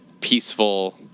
peaceful